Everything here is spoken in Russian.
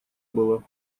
было